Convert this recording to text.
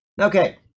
Okay